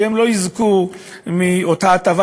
שלא יזכו מאותה הטבה,